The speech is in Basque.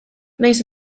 nahiz